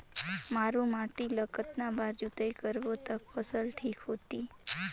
मारू माटी ला कतना बार जुताई करबो ता फसल ठीक होती?